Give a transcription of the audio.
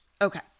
okay